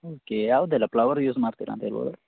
okay ಯಾವುದೆಲ್ಲ flower use ಮಾಡ್ತೀರಾ ಅಂತ ಹೇಳ್ಬೋದಾ